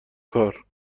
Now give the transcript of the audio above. کار